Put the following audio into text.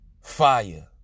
fire